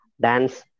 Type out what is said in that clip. dance